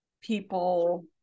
people